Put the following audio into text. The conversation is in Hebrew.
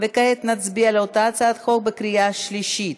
וכעת נצביע על אותה הצעת חוק בקריאה שלישית.